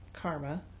karma